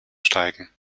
steigen